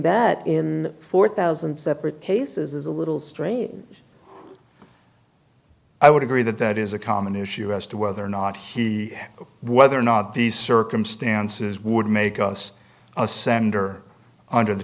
that in four thousand separate cases is a little strange i would agree that that is a common issue as to whether or not he whether or not these circumstances would make us a sender under the